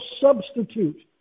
substitute